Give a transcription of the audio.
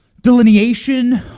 delineation